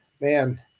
man